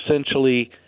essentially